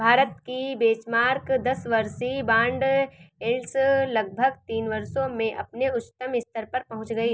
भारत की बेंचमार्क दस वर्षीय बॉन्ड यील्ड लगभग तीन वर्षों में अपने उच्चतम स्तर पर पहुंच गई